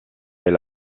est